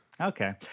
Okay